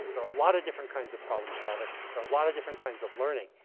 there are a lot of different kinds of problem solving. there are a lot of different kinds of learning.